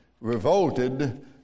revolted